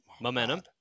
Momentum